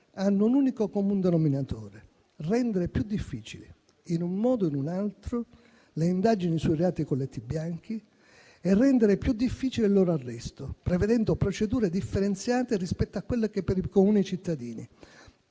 hanno un unico comun denominatore: rendere più difficili, in un modo o in un altro, le indagini sui reati dei colletti bianchi e il loro arresto, prevedendo procedure differenziate rispetto a quelle previste per i comuni cittadini.